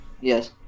Yes